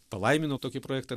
palaimino tokį projektą